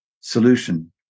solution